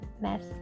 mess